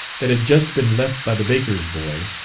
that had just been left by the baker's boy,